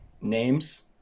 names